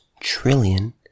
trillion